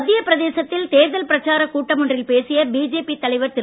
மத்திய பிரதேசத்தில் தேர்தல் பிரச்சார கூட்டம் ஒன்றில் பேசிய பிஜேபி தலைவர் திரு